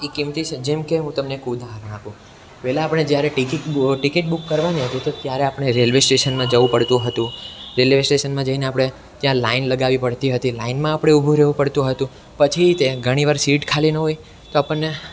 એ કિંમતી જેમકે હું તમને એક ઉદાહરણ આપું પહેલાં આપણે જ્યારે ટિકિટ ટિકિટ બુક કરવાની હતી તો ત્યારે આપણે રેલવે સ્ટેશનમાં જવું પડતું હતું રેલવે સ્ટેશનમાં જઈને આપણે ત્યાં લાઇન લગાવવી પડતી હતી લાઇનમાં આપણે ઊભું રહેવું પડતું હતું પછી તે ઘણીવાર સીટ ખાલી ન હોય તો આપણને